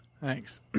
Thanks